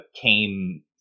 came